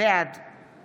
בעד